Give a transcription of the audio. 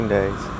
Days